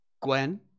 Gwen